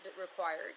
required